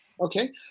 okay